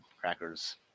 crackers